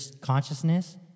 consciousness